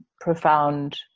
profound